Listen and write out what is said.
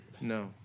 no